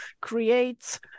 creates